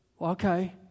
okay